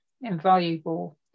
invaluable